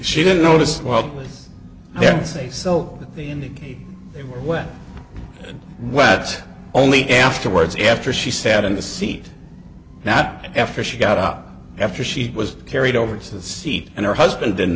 she didn't notice well then say so that they indicate they were wet wet only afterwards after she sat in the seat not after she got up after she was carried over to the seat and her husband didn't